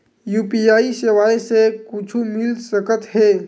UPI सेवाएं से कुछु मिल सकत हे?